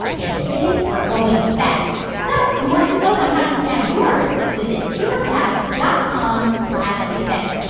and tickets are going fast. so for more info on how to snag yours, visit tinkercast dot com slash events.